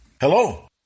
Hello